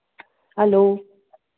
hello